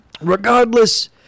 Regardless